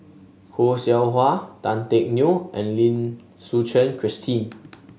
Khoo Seow Hwa Tan Teck Neo and Lim Suchen Christine